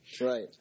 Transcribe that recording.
Right